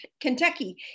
Kentucky